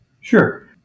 Sure